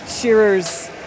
shearers